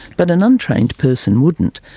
but an untrained person wouldn't.